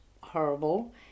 horrible